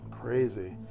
Crazy